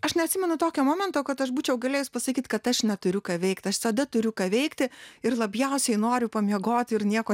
aš neatsimenu tokio momento kad aš būčiau galėjus pasakyt kad aš neturiu ką veikt aš visada turiu ką veikti ir labiausiai noriu pamiegoti ir nieko